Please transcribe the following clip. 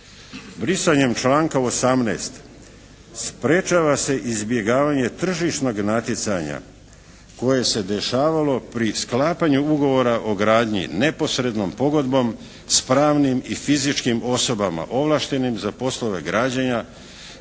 Brisanjem članka 18. sprečava se izbjegavanje tržišnog natjecanja koje se je dešavalo pri sklapanju ugovor o gradnji neposrednom pogodbom s pravnim i fizičkim osobama ovlaštenim za poslove građenja